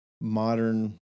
modern